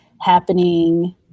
happening